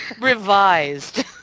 Revised